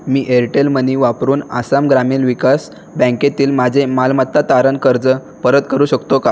मी Airtel money वापरून आसाम ग्रामीण विकास बँकेतील माझे मालमत्ता तारण कर्ज परत करू शकतो का